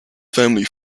family